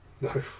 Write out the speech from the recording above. No